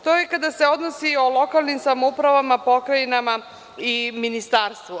To je kada se odnosi o lokalnim samoupravama, pokrajinama i ministarstvu.